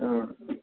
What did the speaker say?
অ